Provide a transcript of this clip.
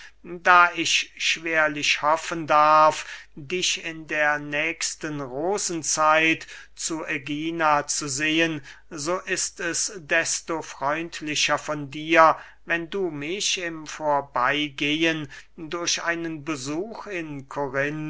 da ich schwerlich hoffen darf dich in der nächsten rosenzeit zu ägina zu sehen so ist es desto freundlicher von dir wenn du mich im vorbeygehen durch einen besuch in